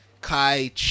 kai